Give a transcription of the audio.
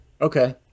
Okay